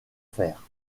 faire